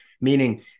meaning